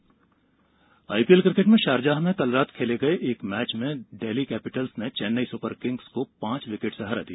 IPL IPL cricket में Sharjah में कल रात खेले गए एक मैच डेल्ही कैपिटल्स ने चेन्नई सुपरकिंग्स को पांच विकेट से हरा दिया